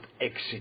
exit